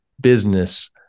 business